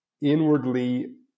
inwardly